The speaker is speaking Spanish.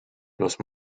los